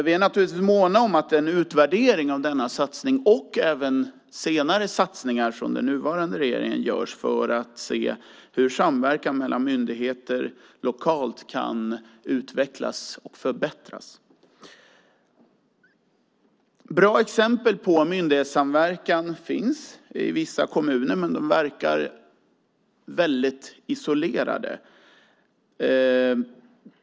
Vi är naturligtvis måna om att en utvärdering av denna satsning och även senare satsningar från den nuvarande regeringen görs för att se hur samverkan mellan myndigheter lokalt kan utvecklas och förbättras. Bra exempel på myndighetssamverkan finns i vissa kommuner, men de verkar väldigt isolerade.